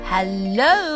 Hello